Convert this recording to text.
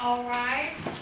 oh right